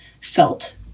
felt